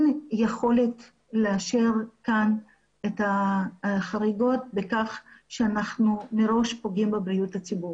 יכולת לאשר כאן את החריגות בכך שאנחנו מראש פוגעים בבריאות הציבור.